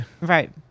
Right